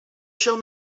shall